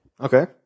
Okay